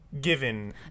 Given